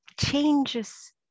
changes